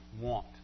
Want